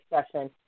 discussion